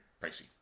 pricey